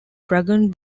dragon